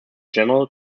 general